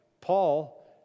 Paul